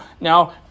Now